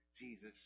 Jesus